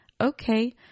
okay